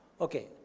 Okay